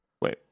Wait